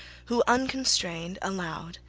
who unconstrained allowed,